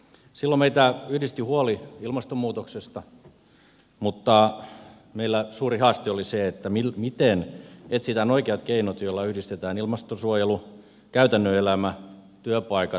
silloin meitä yhdisti huoli ilmastonmuutoksesta mutta meillä suuri haaste oli se miten etsitään oikeat keinot joilla yhdistetään ilmastonsuojelu käytännön elämä työpaikat teollisuus